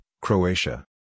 Croatia